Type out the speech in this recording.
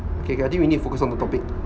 K K I think we need to focus on the topic